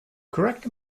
correct